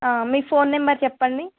మీ phone number చెప్పండి